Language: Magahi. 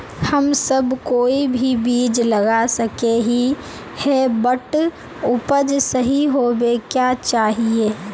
हम सब कोई भी बीज लगा सके ही है बट उपज सही होबे क्याँ चाहिए?